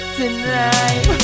tonight